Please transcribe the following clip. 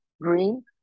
green